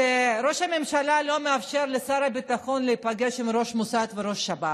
בכך שראש הממשלה לא מאפשר לשר הביטחון להיפגש עם ראש המוסד וראש השב"כ.